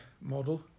model